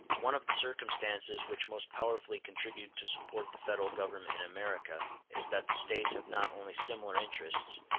one of the circumstances which most powerfully contribute to support the federal government in america is that the states have not only similar interests,